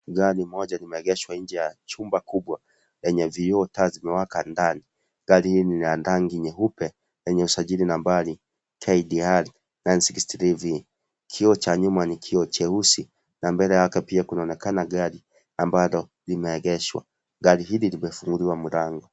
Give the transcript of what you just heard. Gari moja limeegeshwa nje ya chumba kubwa yenye vioo taa zimewaka ndani gari hili nila rangi nyeupe lenye usajili nambari KDR nine six three V kioo cha nyuma ni kioo cheusi na mbele yake pia kunaonekana gari ambalo limeegeshwa, gari hili limefunguliwa mlango.